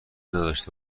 نداشته